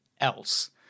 else